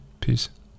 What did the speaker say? Peace